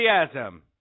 Enthusiasm